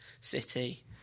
City